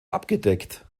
abgedeckt